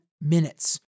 minutes